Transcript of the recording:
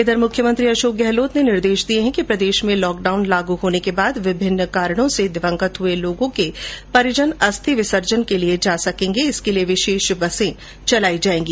इधर मुख्यमंत्री अशोक गहलोत ने निर्देश दिए हैं कि प्रदेश में लॉकडाउन लागू होने के बाद विभिन्न कारणों से दिवंगत हुए लोगों के परिजन अस्थि विसर्जन के लिए जा सकें इसके लिए विशेष बसें चलाई जाएगी